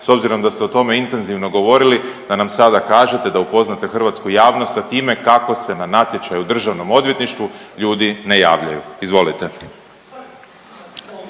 s obzirom da ste o tome intenzivno govorili da nam sada kažete, da upoznate hrvatsku javnost sa time kako se na natječaj u državnom odvjetništvu ljudi ne javljaju, izvolite.